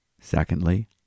Secondly